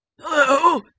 Hello